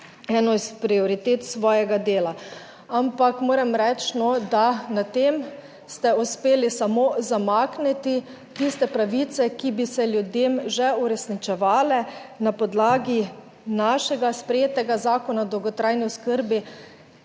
eno izmed prioritet svojega dela, ampak moram reči, da na tem ste uspeli samo zamakniti tiste pravice, ki bi se ljudem že uresničevale na podlagi našega sprejetega Zakona o dolgotrajni oskrbi,